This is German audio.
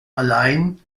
allein